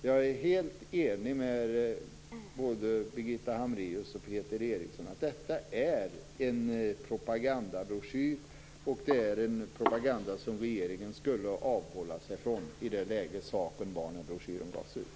Jag är helt enig med både Peter Eriksson och Birgitta Hambraeus. Detta är en propagandabroschyr, och det är en propaganda som regeringen skulle ha avhållit sig ifrån i det läge som rådde när broschyren gavs ut.